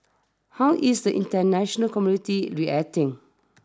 how is the international community reacting